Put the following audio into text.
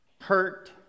Hurt